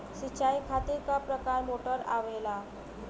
सिचाई खातीर क प्रकार मोटर आवेला?